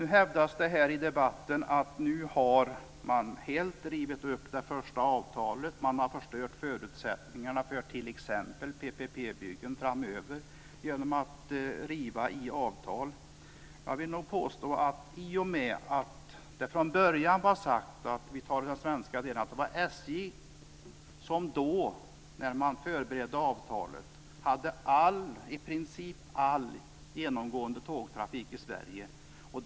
Det hävdas nu i debatten att man helt har rivit upp det första avtalet och att man genom att riva i avtal förstört förutsättningarna för t.ex. PPP-byggen framöver. När man förberedde avtalet hade SJ i princip all genomgående tågtrafik i Sverige.